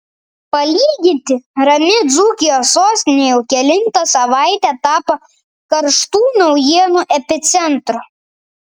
palyginti rami dzūkijos sostinė jau kelintą savaitę tapo karštų naujienų epicentru